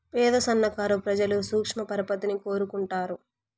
పేద సన్నకారు ప్రజలు సూక్ష్మ పరపతిని కోరుకుంటారు